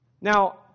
Now